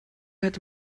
hätte